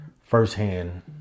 firsthand